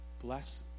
bless